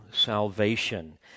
salvation